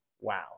Wow